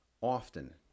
often